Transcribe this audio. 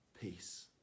peace